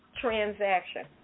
transaction